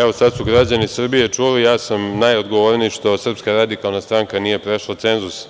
Evo, sada su građani Srbije čuli, ja sam najodgovorniji što SRS nije prešla cenzus